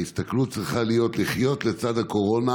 ההסתכלות צריכה להיות, לחיות לצד הקורונה,